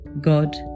God